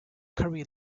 curry